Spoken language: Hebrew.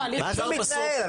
איזה מתנהל?